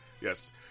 Yes